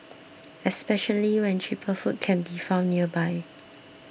especially when cheaper food can be found nearby